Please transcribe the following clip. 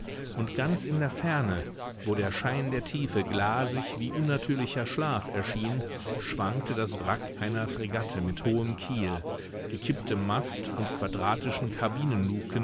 und ganz in der ferne wo der schein der tiefe glasig wie unnatürlicher schlaf erschien schwankte das wrack einer fregatte mit hohem kiel gekipptem mast und quadratischen